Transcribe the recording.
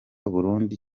burundi